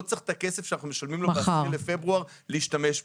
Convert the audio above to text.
צריך את הכסף של פברואר לשימוש בפברואר,